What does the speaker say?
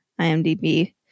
IMDb